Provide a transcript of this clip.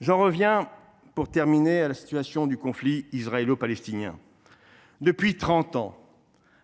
J’en reviens, pour terminer, à la situation du conflit israélo palestinien. Depuis trente ans,